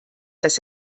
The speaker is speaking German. dass